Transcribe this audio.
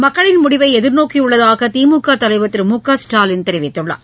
மக்களின் முடிவைஎதிர்நோக்கியுள்ளதாகதிமுகதலைவர் திரு மு க ஸ்டாலின் தெரிவித்துள்ளார்